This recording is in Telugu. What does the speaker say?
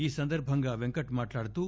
ఈ సందర్బంగా పెంకట్ మాట్లాడుతూ